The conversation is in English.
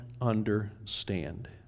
understand